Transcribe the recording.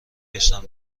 گشتم